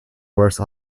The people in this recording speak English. worse